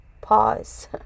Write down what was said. Pause